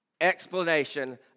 explanation